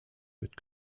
wird